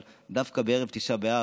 אבל דווקא בערב תשעה באב,